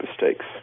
mistakes